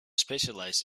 specialize